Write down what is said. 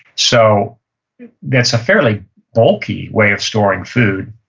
so that's a fairly bulky way of storing food.